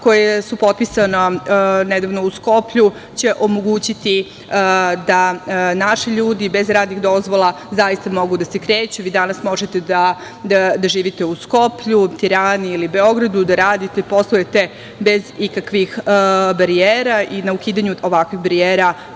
koja su potpisana nedavno u Skoplju će omogućiti da naši ljudi bez radnih dozvola zaista mogu da se kreću. Vi danas možete da živite u Skoplju, Tirani ili Beogradu, da radite i poslujete bez ikakvih barijera i na ukidanju ovakvih barijera